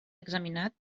examinat